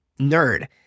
nerd